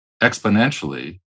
exponentially